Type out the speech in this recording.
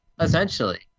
essentially